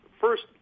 first